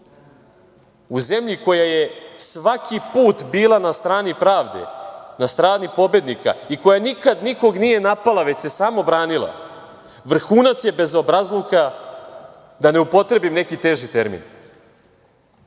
u zemlji koja je svaki put bila na strani pravde, na strani pobednika i koja nikad nikog nije napala, već se samo branila, vrhunac je bezobrazluka, da ne upotrebim neki teži termin. Vrhunac